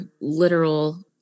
literal